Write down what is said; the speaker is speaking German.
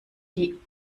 die